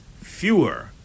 fewer